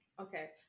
Okay